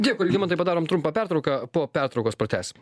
dėkui algimantai padarom trumpą pertrauką po pertraukos pratęsim